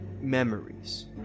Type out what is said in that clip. memories